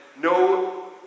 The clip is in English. no